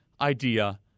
idea